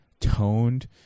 toned